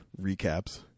recaps